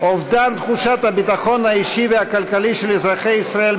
אובדן תחושת הביטחון האישי והכלכלי של אזרחי ישראל,